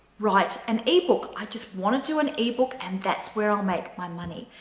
write an ebook. i just want to do an ebook and that's where i'll make my money.